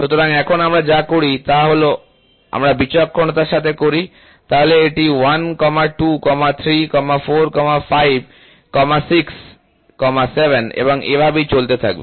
সুতরাং এখন আমরা যা করি তা হল আমরা বিচক্ষণতার সাথে করি তাহলে এটি 1234567 এবং এভাবেই চলতে থাকবে